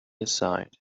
aside